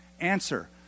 Answer